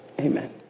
Amen